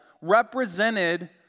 represented